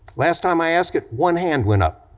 last time i asked it, one hand went up,